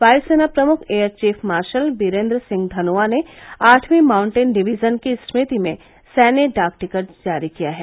वायुसेना प्रमुख air chief marshal Birender Singh Dhanoa ने आठवीं माउंटेन डिवीजन की स्मृति में सैन्य डाक टिकट जारी किया है